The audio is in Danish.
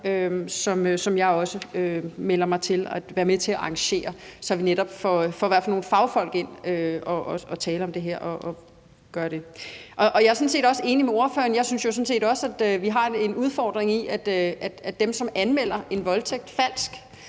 som jeg melder mig til at være med til at arrangere, så vi netop får nogle fagfolk ind at tale om det her. Jeg er sådan set også enig med ordføreren i, at vi har en udfordring i, at dem, som falsk anmelder en voldtægt,